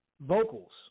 vocals